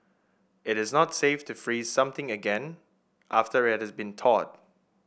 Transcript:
it is not safe to freeze something again after it has been thawed